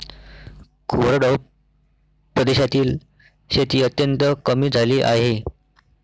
कोरडवाहू प्रदेशातील शेती अत्यंत कमी झाली आहे